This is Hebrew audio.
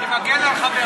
אני מגן על חבר שלי,